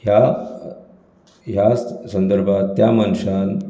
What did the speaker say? ह्या ह्या संर्दभात त्या मनशान